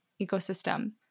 ecosystem